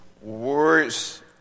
words